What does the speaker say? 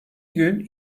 gün